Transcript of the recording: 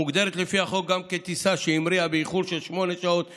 המוגדרת לפי החוק גם כטיסה שהמריאה באיחור של שמונה שעות לפחות,